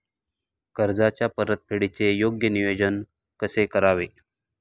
कर्जाच्या परतफेडीचे योग्य नियोजन कसे करावे?